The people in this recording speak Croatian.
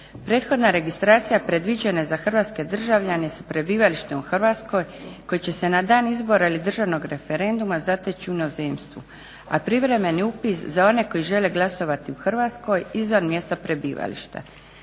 Prethodna registracija predviđena je za hrvatske državljane s prebivalištem u Hrvatskoj koji će se na dan izbora ili državnog referenduma zateći u inozemstvu, a privremeni upis za one koji žele glasovati u Hrvatskoj izvan mjesta prebivališta.